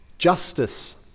Justice